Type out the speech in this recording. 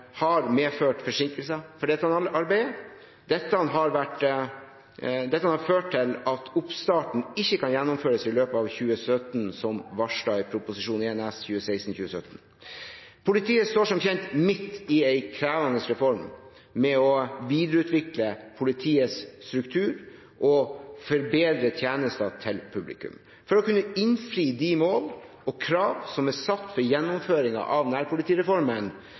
har medført forsinkelser i dette arbeidet. Dette har ført til at oppstarten ikke kan gjennomføres i løpet av 2017 som varslet i Prop. 1 S for 2016–2017. Politiet står som kjent midt i en krevende reform med å videreutvikle politiets struktur og forbedre tjenester til publikum. For å kunne innfri de mål og krav som er satt for gjennomføringen av nærpolitireformen,